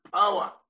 power